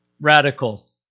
Radical